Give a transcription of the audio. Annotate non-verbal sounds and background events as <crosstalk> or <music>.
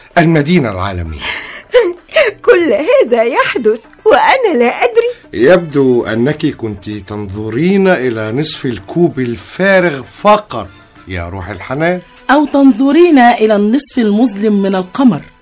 المدينة العالمية. <laughs> كل هذا يحدث وأنا لا أدري. يبدو أنك كنت تنظرين إلى نصف الكوب الفارغ فقط يا روح الحنان. أو تنظرين إلى النصف المظلم من القمر.